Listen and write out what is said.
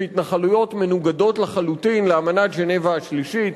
שהתנחלויות מנוגדות לחלוטין לאמנת ז'נבה השלישית,